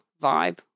vibe